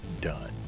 done